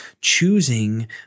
choosing